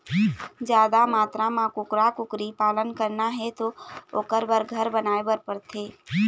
जादा मातरा म कुकरा, कुकरी पालन करना हे त ओखर बर घर बनाए बर परथे